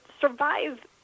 survive